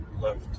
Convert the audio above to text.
left